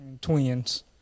twins